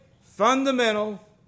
fundamental